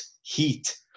heat